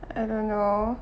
I don't know